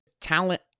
talent